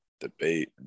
debate